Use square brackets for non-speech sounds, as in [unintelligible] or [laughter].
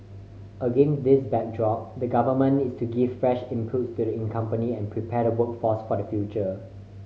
again this backdrop the Government needs to give fresh impetus to the [unintelligible] company and prepare the workforce for the future